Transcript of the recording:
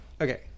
okay